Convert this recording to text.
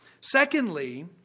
Secondly